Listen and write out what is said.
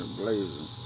blazing